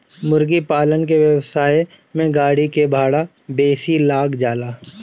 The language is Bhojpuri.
मुर्गीपालन के व्यवसाय में गाड़ी के भाड़ा बेसी लाग जाला